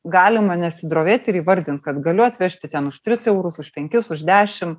galima nesidrovėt ir įvardint kad galiu atvežti ten už tris eurus už penkis už dešim